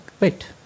wait